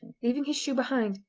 leaving his shoe behind,